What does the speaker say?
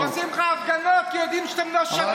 עושים לך הפגנות כי יודעים שאתם לא שווים.